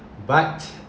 but